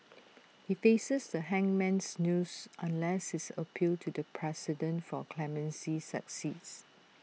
he faces the hangman's noose unless his appeal to the president for clemency succeeds